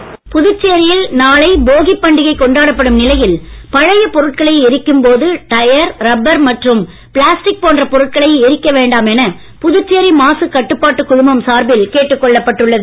புதுச்சேரி போகி புதுச்சேரியில் நாளை போகி பண்டிகை கொண்டாடப்படும் நிலையில் பழையப் பொருட்களை எரிக்கும் போது டயர் ரப்பர் மற்றும் பிளாஸ்டிக் போன்ற பொருட்களை எரிக்க வேண்டாம் என புதுச்சேரி மாசுக் கட்டுபாட்டு குழுமம் சார்பில் கேட்டுக் கொள்ளப்பட்டுள்ளது